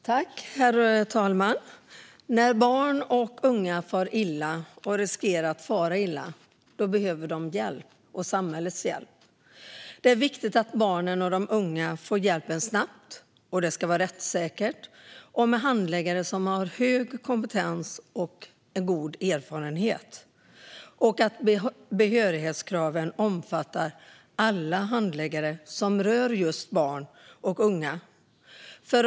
Herr talman! När barn och unga far illa eller riskerar att fara illa behöver de samhällets hjälp. Det är viktigt att barnen och de unga får hjälpen snabbt. Det ska ske rättssäkert och med handläggare som har hög kompetens och god erfarenhet. Behörighetskraven ska omfatta alla handläggare av ärenden som rör just barn och unga.